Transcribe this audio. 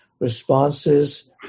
responses